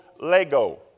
lego